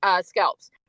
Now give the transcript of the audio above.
scalps